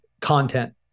content